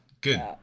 Good